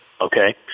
okay